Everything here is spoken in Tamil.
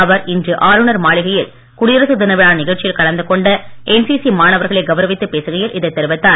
அவர் இன்று ஆளுநர் மாவிகையில் குடியரசு தின விழா நிகழ்ச்சியில் கலந்து கொண்ட என்சிசி மாணவர்களை கவுரவித்து பேசுகையில் இதைத் தெரிவித்தார்